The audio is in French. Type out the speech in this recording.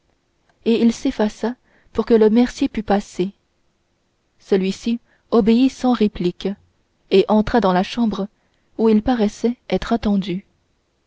et il s'effaça pour que le mercier pût passer celui-ci obéit sans réplique et entra dans la chambre où il paraissait être attendu